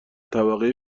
طبقه